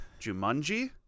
Jumanji